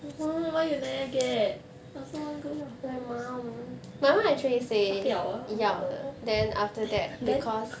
hmm why you never get I also want go your house 他不要 ah orh then